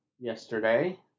yesterday